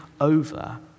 over